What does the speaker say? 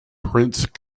prince